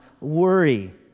worry